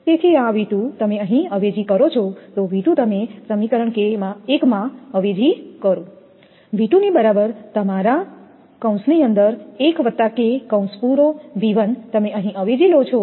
તેથી આ V2 તમે અહીં અવેજી કરો છો V2 તમે સમીકરણ 1 માં અવેજી કરો V2 ની બરાબર તમારા તમે અહીં અવેજી લો છો